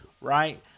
right